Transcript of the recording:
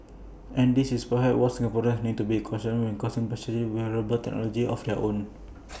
and this is perhaps what Singaporeans need to be cautious of purchasing A wearable technology of their own